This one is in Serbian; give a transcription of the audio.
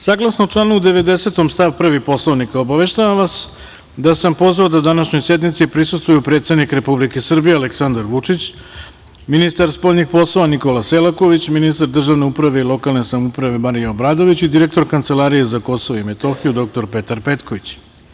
Saglasno članu 90. stav 1. Poslovnika, obaveštavam vas da sam pozvao da današnjoj sednici prisustvuju predsednik Republike Srbije, Aleksandar Vučić, ministar spoljnih poslova, Nikola Selaković, ministar državne uprave i lokalne samouprave, Marija Obradović i direktor Kancelarije za Kosovo i Metohiju, dr Petar Petković.